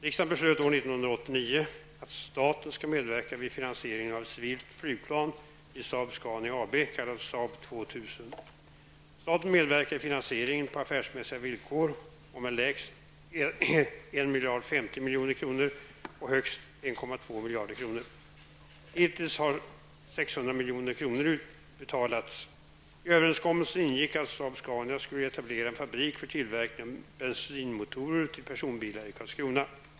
Riksdagen beslöt år 1989 att staten skall medverka vid finansieringen av ett civilt flygplan vid Saab Scania AB, kallat Saab 2000. Staten medverkar i finansieringen på affärsmässiga villkor och med lägst 1 050 milj.kr. och högst 1 200 milj.kr. Hittills har 600 milj.kr. betalats ut. I överenskommelsen ingick att Saab-Scania skulle etablera en fabrik för tillverkning av bensinmotorer till personbilar i Karlskrona.